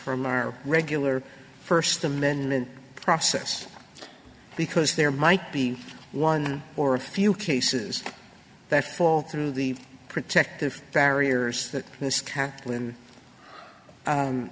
from our regular first amendment process because there might be one or a few cases that fall through the protective barriers that this kath